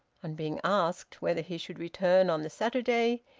on being asked whether he should return on the saturday,